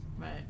Right